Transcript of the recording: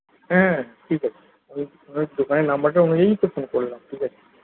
হ্যাঁ ঠিক আছে দোকানের নাম্বারটা অনুযায়ীই তো ফোন করলাম ঠিক আছে